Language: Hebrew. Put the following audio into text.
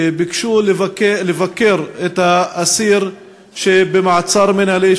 ביקשנו לבקר את העציר שבמעצר מינהלי,